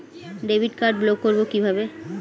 Debit card block করব কিভাবে?